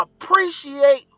appreciate